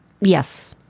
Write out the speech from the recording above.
Yes